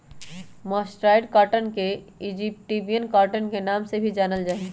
mercerised cotton के Egyptian cotton के नाम से भी जानल जा हई